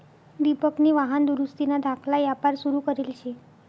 दिपकनी वाहन दुरुस्तीना धाकला यापार सुरू करेल शे